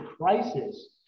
crisis